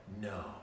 no